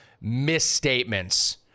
misstatements